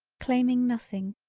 claiming nothing,